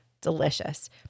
Delicious